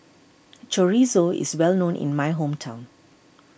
Chorizo is well known in my hometown